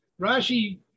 Rashi